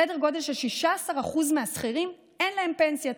לסדר גודל של 16% מהשכירים אין פנסיה.